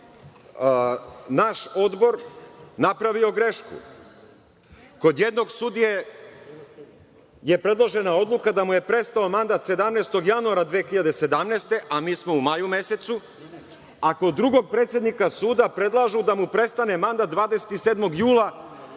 naš odbor napravio grešku. Kod jednog sudije je predložena odluka da mu je prestao mandat 17. januara 2017. godine, a mi smo u maju mesecu, a kod drugog predsednika suda predlažu da mu prestane mandat 27. jula